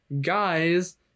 guys